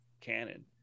canon